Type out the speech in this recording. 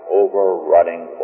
overrunning